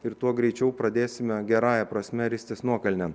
ir tuo greičiau pradėsime gerąja prasme ristis nuokalnėn